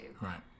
Right